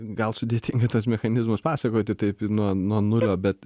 gal sudėtinga tuos mechanizmus pasakoti taip nuo nuo nulio bet